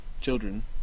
children